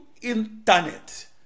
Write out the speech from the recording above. internet